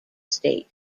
estate